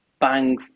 bang